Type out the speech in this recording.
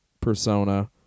persona